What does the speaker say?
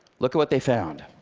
look at what they found.